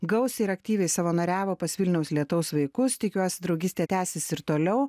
gausiai ir aktyviai savanoriavo pas vilniaus lietaus vaikus tikiuosi draugystė tęsis ir toliau